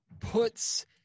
puts